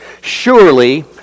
Surely